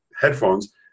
headphones